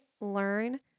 learn